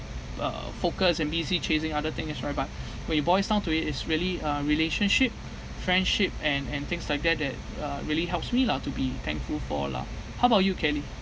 uh focus and busy chasing other thing as well but when you boils down to it is really uh relationship friendship and and things like that that uh really helps me lah to be thankful for lah how about you kelly